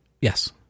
Yes